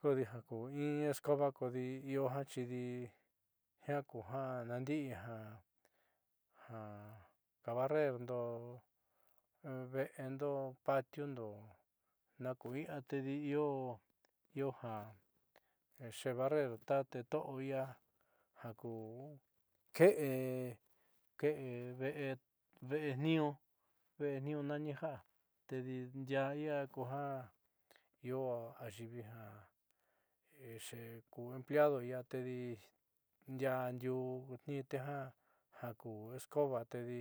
Kodi jaku in escoba kodi io jiaxidi jiaa ku janandi'i jaja kabarrerndo ve'endo patiu undo naku ia tedi io io ja xebarrer ta te to'o ia jaku ke'e ke'e veé ve'etniiñuu ñani ja'a tedi ndiaaiia kuja io ayiivi ja xe ku empleado ia tedi ndiaa ndiuú tniinte ja jaku escoba tedi